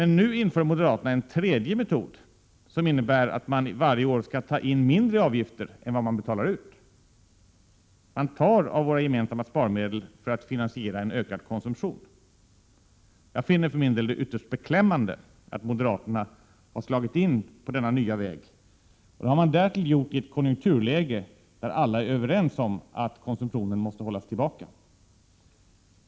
Nu inför moderaterna en tredje metod, som innebär att man varje år skall ta in mindre i avgifter än vad man betalar ut. De tar av våra gemensamma sparmedel för att finansiera en ökad konsumtion. Jag finner det ytterst beklämmande att moderaterna har slagit in på denna nya väg, och det har de därtill gjort i ett konjunkturläge där alla är överens om att konsumtionen måste hållas tillbaka.